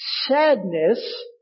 sadness